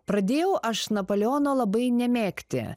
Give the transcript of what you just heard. pradėjau aš napoleoną labai nemėgti